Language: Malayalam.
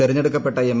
തെരഞ്ഞെടുക്കപ്പെട്ട എം